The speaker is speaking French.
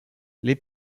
les